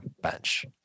bench